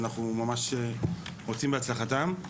ואנחנו ממש רוצים בהצלחתם,